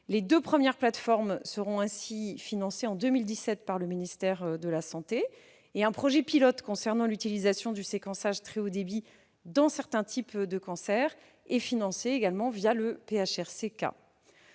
Les deux premières plateformes seront ainsi financées en 2017 par le ministère de la santé et un projet pilote concernant l'utilisation du séquençage à très haut débit dans certains types de cancer est financé le PHRC-K.